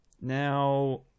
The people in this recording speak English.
now